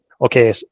okay